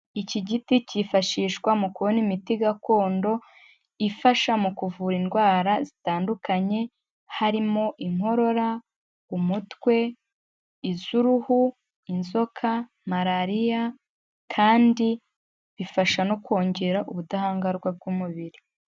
Iki giti cyifashishwa mu kubona imiti gakondo ifasha mu kuvura indwara zitandukanye, harimo inkorora, umutwe, iz'uruhu, inzoka, malariya kandi bifasha no kongera ubudahangarwa bw'umubiri.